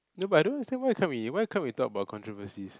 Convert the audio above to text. no but I don't understand why can't we why can't we talk about controversies